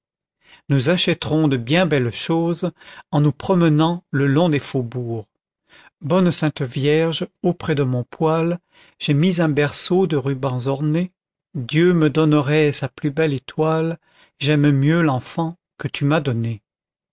nous achèterons de bien belles choses en nous promenant le long des faubourgs bonne sainte vierge auprès de mon poêle j'ai mis un berceau de rubans orné dieu me donnerait sa plus belle étoile j'aime mieux l'enfant que tu m'as donné